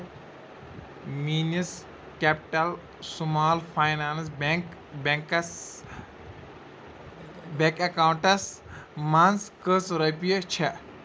میٛٲنِس capital small finance bank بٮ۪نٛکَس bank اٮ۪کاونٹَس مَنٛز کٔژ رۄپیہِ چھےٚ